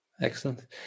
excellent